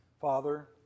Father